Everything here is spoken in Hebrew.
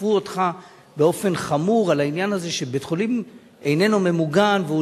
תקפו אותך באופן חמור על העניין הזה שבית-חולים איננו ממוגן והוא